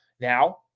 Now